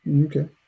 Okay